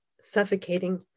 suffocating